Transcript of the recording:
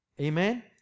Amen